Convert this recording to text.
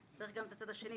צריך גם את הצד השני,